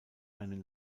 einen